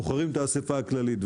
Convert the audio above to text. בוחרים את האסיפה הכללית.